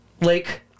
lake